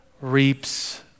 reaps